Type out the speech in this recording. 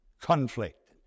conflict